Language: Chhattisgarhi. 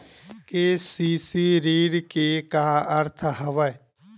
के.सी.सी ऋण के का अर्थ हवय?